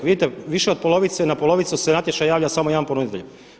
Vidite više od polovice, na polovicu se natječaja javlja samo jedan ponuditelj.